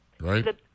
right